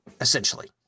essentially